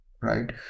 right